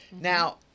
now